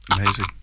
Amazing